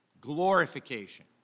Glorification